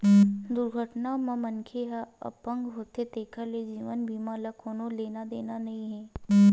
दुरघटना म मनखे ह अपंग होगे तेखर ले जीवन बीमा ल कोनो लेना देना नइ हे